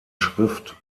schrift